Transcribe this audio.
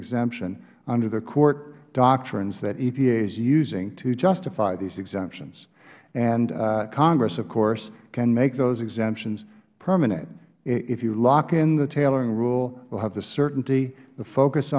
exemption under the court doctrines that epa is using to justify these exemptions and congress of course can make those exemptions permanent if you lock in the tailoring rule we will have the certainty the focus